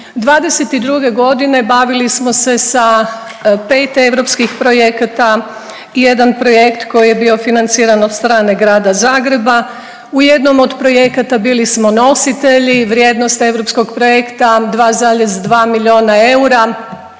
'22.g. bavili smo se sa pet europskih projekata i jedan projekt koji je bio financiran od strane Grada Zagreba. U jednom od projekata bili smo nositelji, vrijednost europskog projekta 2,2 miliona eura,